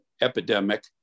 epidemic